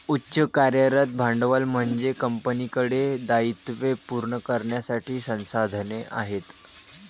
उच्च कार्यरत भांडवल म्हणजे कंपनीकडे दायित्वे पूर्ण करण्यासाठी संसाधने आहेत